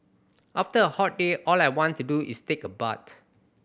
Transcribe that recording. after a hot day all I want to do is take a bath